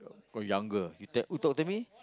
oh younger you tell who talk to me